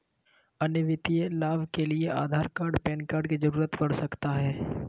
अन्य वित्तीय लाभ के लिए आधार कार्ड पैन कार्ड की जरूरत पड़ सकता है?